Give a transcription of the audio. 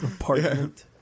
Apartment